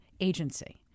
agency